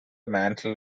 mantle